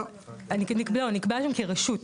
נקבע להם כרשות,